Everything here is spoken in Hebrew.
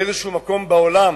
באיזה מקום בעולם,